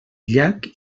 llac